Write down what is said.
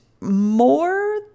more